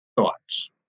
thoughts